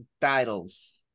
titles